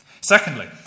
Secondly